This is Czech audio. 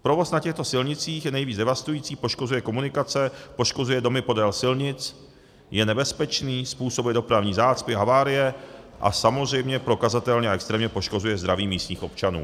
Provoz na těchto silnicích je nejvíc devastující, poškozuje komunikace, poškozuje domy podél silnic, je nebezpečný, způsobuje dopravní zácpy, havárie a samozřejmě prokazatelně a extrémně poškozuje zdraví místních občanů.